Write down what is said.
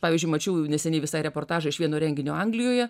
pavyzdžiui mačiau neseniai visai reportažą iš vieno renginio anglijoje